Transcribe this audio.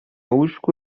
łóżku